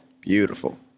Beautiful